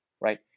right